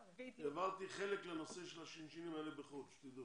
העברתי חלק לנושא של השין-שינים האלה בחוץ לארץך.